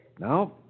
Now